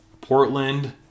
Portland